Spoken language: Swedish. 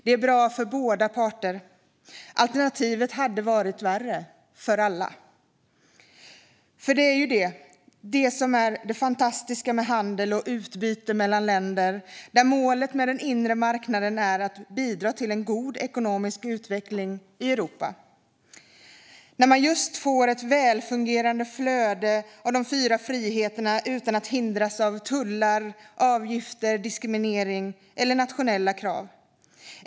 Det är bra för båda parter. Alternativet hade varit värre - för alla. Det är detta som är det fantastiska med handel och utbyte mellan länder. Målet med den inre marknaden är att bidra till en god ekonomisk utveckling i Europa. Det är fantastiskt när man just får ett välfungerande flöde av de fyra friheterna utan att hindras av tullar, avgifter, diskriminering eller nationella krav.